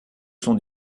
son